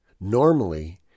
Normally